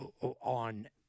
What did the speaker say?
on